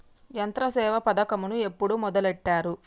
యంత్రసేవ పథకమును ఎప్పుడు మొదలెట్టారు?